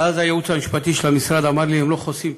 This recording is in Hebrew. ואז הייעוץ המשפטי של המשרד אמר לי: הם לא תחת חסותך,